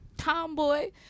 tomboy